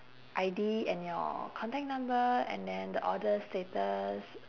I D and your contact number and then the order status